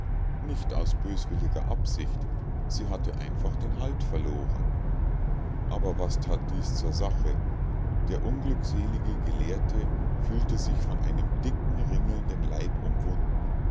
nicht aus böswilliger absicht sie hatte einfach den halt verloren aber was tat dies zur sache der unglückselige gelehrte fühlte sich von einem dicken ringelnden leib umwunden